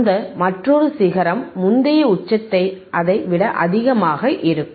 அந்த மற்றொரு சிகரம் முந்தைய உச்சத்தை அதை விட அதிகமாக இருக்கும்